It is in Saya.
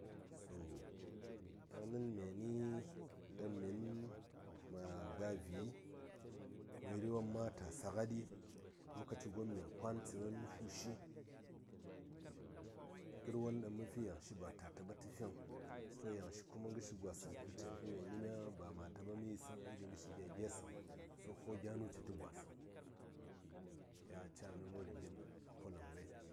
Daŋnin myani ɗaŋ min ma ga vi məri wom ma ta sa ngaɗi lokaci gon mya kwan tsəni mə fushi ngər won ɗaŋ mə fi yaŋ shiba ta taɓa tə fiŋ to yaŋ shi ma ngə shi gwa səŋ ɗaŋ ca fi myani ba ma taɓa mə yisəŋ ngəshi gya gye səŋ so ko gya nu ci tə gwa səŋ yan a caa ləɓi gin a poləm ngai.